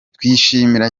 twishimira